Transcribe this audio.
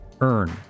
earn